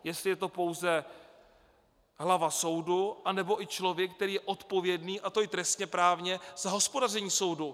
Jestli je to pouze hlava soudu, anebo i člověk, který je odpovědný, a to i trestněprávně, za hospodaření soudu.